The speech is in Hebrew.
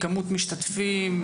כמות משתתפים,